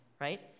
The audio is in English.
right